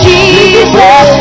Jesus